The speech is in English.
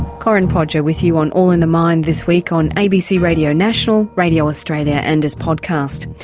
corinne podger with you on all in the mind this week on abc radio national, radio australia and as podcast.